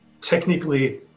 technically